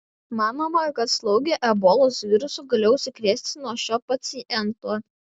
manoma kad slaugė ebolos virusu galėjo užsikrėsti nuo šio paciento